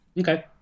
Okay